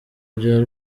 bya